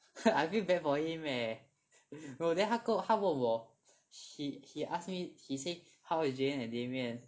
I feel bad for him leh no then 他跟我他问我 he ask me he say how is Jayen and Damien